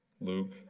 Luke